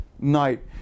night